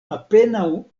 apenaŭ